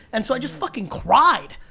and so i just fucking cried.